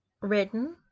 Written